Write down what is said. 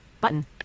Button